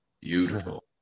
Beautiful